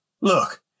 Look